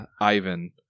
Ivan